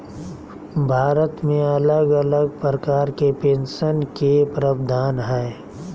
भारत मे अलग अलग प्रकार के पेंशन के प्रावधान हय